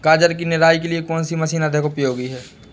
गाजर की निराई के लिए कौन सी मशीन अधिक उपयोगी है?